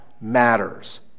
matters